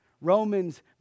Romans